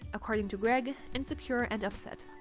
according to greg, insecure and upset.